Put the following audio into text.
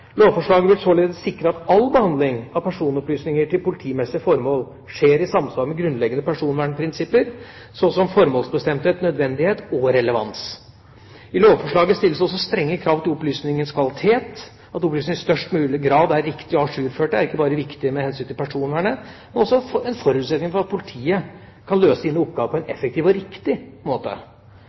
Lovforslaget vil således sikre at all behandling av personopplysninger til politimessige formål skjer i samsvar med grunnleggende personvernprinsipper, så som formålsbestemthet, nødvendighet og relevans. I lovforslaget stilles det også strenge krav til opplysningens kvalitet. At opplysningene i størst mulig grad er riktige og ajourførte, er viktig ikke bare av hensyn til personvernet, men er også en forutsetning for at politiet kan løse sine oppgaver på en effektiv og riktig måte.